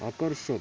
आकर्षक